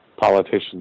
politicians